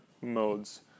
modes